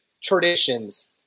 traditions